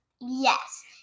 Yes